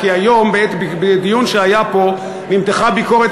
כי היום בדיון שהיה פה נמתחה ביקורת